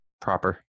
proper